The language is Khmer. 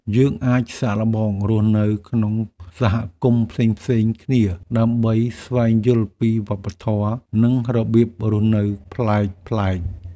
យើងអាចសាកល្បងរស់នៅក្នុងសហគមន៍ផ្សេងៗគ្នា ដើម្បីស្វែងយល់ពីវប្បធម៌ និងរបៀបរស់នៅប្លែកៗ។